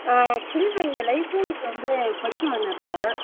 actually நான் இங்கே லைப்ரரிக்கு வந்து படிக்க வந்தேன் இப்போ